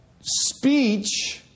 speech